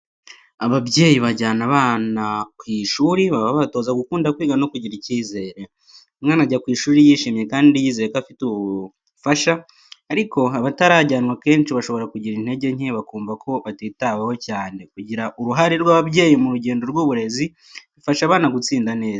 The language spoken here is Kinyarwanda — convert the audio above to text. Ababyeyi bajyana abana ku ishuri baba babatoza gukunda kwiga no kugira icyizere. Umwana ajya ku ishuri yishimye kandi yizeye ko afite ubufasha. Ariko abatarajyanwa, kenshi bashobora kugira intege nke, bakumva ko batitaweho cyane. Kugira uruhare rw’ababyeyi mu rugendo rw’uburezi, bifasha abana gutsinda neza.